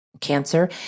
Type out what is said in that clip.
cancer